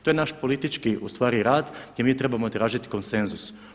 To je naš politički ustvari rad gdje mi trebamo tražiti konsenzus.